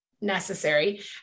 necessary